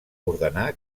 ordenar